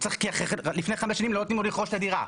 כי לפני חמש שנים לא נותנים לו לרכוש את הדירה.